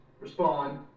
Respond